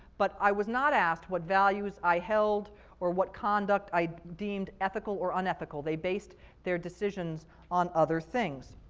but i was not asked what values i held or what conduct i deemed ethical or unethical. they based their decisions on other things.